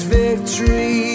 victory